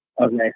Okay